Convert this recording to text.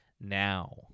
now